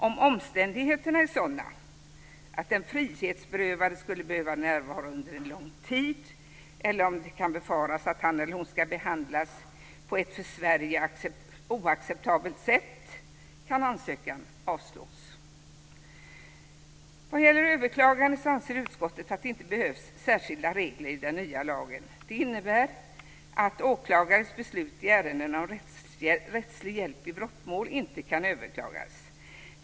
Om omständigheterna är sådana att den frihetsberövade skulle behöva närvara under en lång tid eller om det kan befaras att han eller hon ska behandlas på ett för Sverige oacceptabelt sätt kan ansökan avslås. Vad gäller överklaganden anser utskottet att det inte behövs särskilda regler i den nya lagen. Det innebär att åklagares beslut i ärenden om rättslig hjälp i brottmål inte kan överklagas.